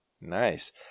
Nice